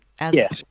Yes